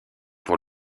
pour